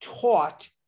taught